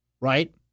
right